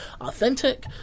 authentic